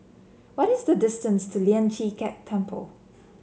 what is the distance to Lian Chee Kek Temple